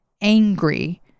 angry